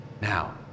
Now